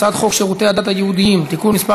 הצעת חוק שירותי הדת היהודיים (תיקון מס'